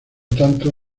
tanto